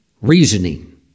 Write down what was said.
reasoning